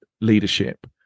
leadership